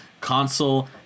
console